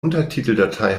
untertiteldatei